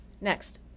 Next